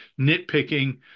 nitpicking